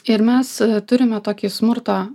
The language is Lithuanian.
ir mes turime tokį smurto